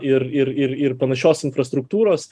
ir ir ir panašios struktūros